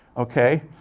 okay,